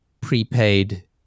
prepaid